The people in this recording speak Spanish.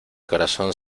corazón